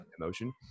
emotion